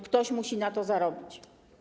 ktoś musi na to zarobić.